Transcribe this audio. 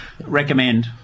recommend